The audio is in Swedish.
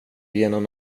igenom